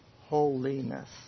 holiness